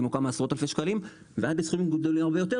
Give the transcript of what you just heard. או כמה עשרות אלפי שקלים ועד לסכומים גדולים הרבה יותר,